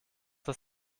das